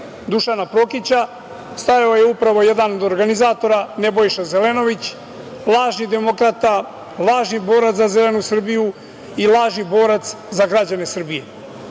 Dušana Prokića, stajao je upravo jedan od organizatora Nebojša Zelenović, lažni demokrata, lažni borac za zelenu Srbiju i lažni borac za građane Srbije.